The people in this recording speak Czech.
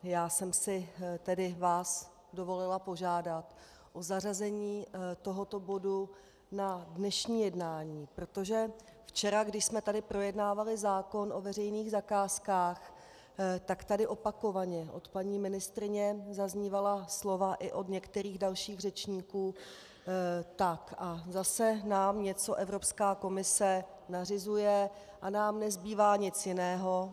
Já jsem si vás dovolila požádat o zařazení tohoto bodu na dnešní jednání, protože včera, když jsme tady projednávali zákon o veřejných zakázkách, tak tady opakovaně od paní ministryně zaznívala slova, i od některých dalších řečníků: tak, a zase nám něco Evropská komise nařizuje a nám nezbývá nic jiného...